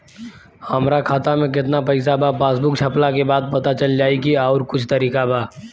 हमरा खाता में केतना पइसा बा पासबुक छपला के बाद पता चल जाई कि आउर कुछ तरिका बा?